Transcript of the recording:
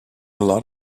lot